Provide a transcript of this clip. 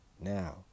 Now